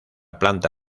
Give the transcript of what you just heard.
planta